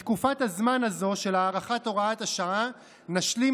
בתקופת הזמן הזו של הארכת הוראת השעה נשלים,